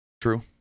True